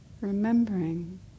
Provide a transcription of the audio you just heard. Remembering